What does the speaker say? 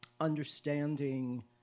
understanding